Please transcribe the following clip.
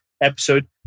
episode